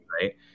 Right